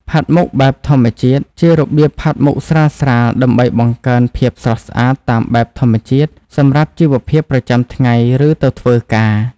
ផាត់មុខបែបធម្មជាតិ ជារបៀបផាត់មុខស្រាលៗដើម្បីបង្កើនភាពស្រស់ស្អាតតាមបែបធម្មជាតិ សម្រាប់ជីវភាពប្រចាំថ្ងៃ ឬទៅធ្វើការ។